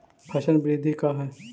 फसल वृद्धि का है?